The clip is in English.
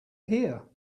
here